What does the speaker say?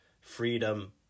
freedom